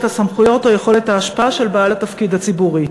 הסמכויות או יכולת ההשפעה של בעל התפקיד הציבורי.